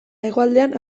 hegoaldean